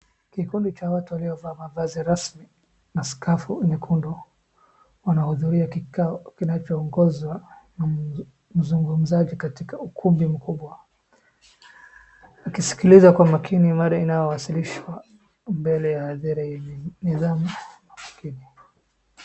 Kikundi cha watu waliovaa mavazi rasmi na skafu nyekundu wanahudhuria kikao kinachoongozwa na mzungumzaji katika ukumbi mkubwa, akisikiliza kwa makini mada inayowasilishwa mbele ya hadhira hii yenye nidhamu.